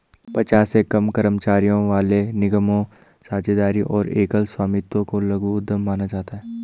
पचास से कम कर्मचारियों वाले निगमों, साझेदारी और एकल स्वामित्व को लघु उद्यम माना जाता है